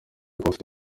bafite